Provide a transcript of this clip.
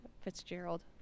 Fitzgerald